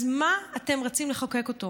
אז מה אתם רצים לחוקק אותו?